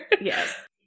yes